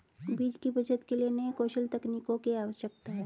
बीज की बचत के लिए नए कौशल तकनीकों की आवश्यकता है